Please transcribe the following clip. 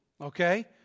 Okay